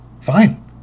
fine